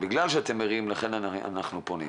בגלל שאתם ערים, לכן אנחנו פונים.